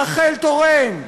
רחל תורן,